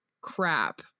crap